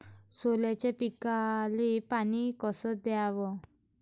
सोल्याच्या पिकाले पानी कस द्याचं?